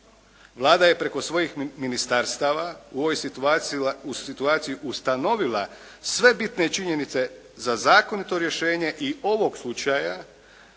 Vlada je preko svojih ministarstava u ovoj situaciji ustanovila sve bitne činjenice za zakonito rješenje i ovog slučaja,